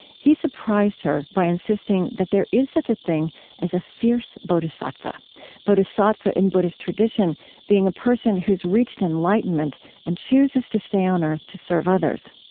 he surprised her by insisting that there is such a thing as a fierce bodhisattva bodhisattva in buddhist tradition being a person who has reached enlightenment and chooses to stay on earth to serve others.